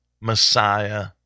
Messiah